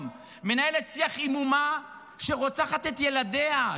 מנהלת שיח עם אומה שרוצחת את ילדיה,